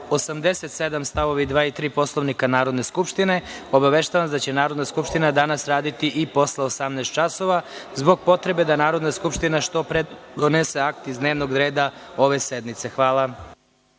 87. st. 2. i 3. Poslovnika Narodne skupštine, obaveštavam vas da će Narodna skupština danas raditi i posle 18.00 časova, zbog potrebe da Narodna skupština što pre donese akt iz dnevnog reda ove sednice. Hvala.(Posle